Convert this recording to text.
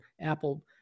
Apple